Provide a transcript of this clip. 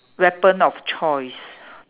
weapon of choice